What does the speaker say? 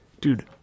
Dude